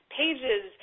pages